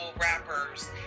rappers